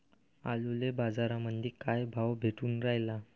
आलूले बाजारामंदी काय भाव भेटून रायला?